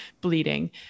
bleeding